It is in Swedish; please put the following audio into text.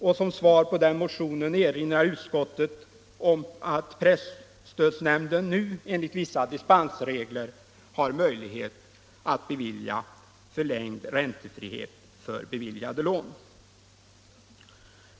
Utskottet erinrar med anledning av motionen om att presstödsnämnden nu enligt vissa dispensregler har möjlighet att medge förlängd räntefrihet för beviljade lån.